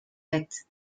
fête